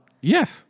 Yes